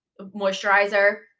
moisturizer